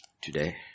Today